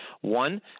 One